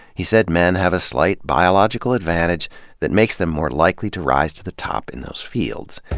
he said men have a slight biological advantage that makes them more likely to rise to the top in those fields.